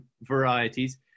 varieties